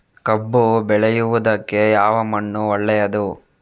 ಕಬ್ಬು ಬೆಳೆಯುವುದಕ್ಕೆ ಯಾವ ಮಣ್ಣು ಒಳ್ಳೆಯದು?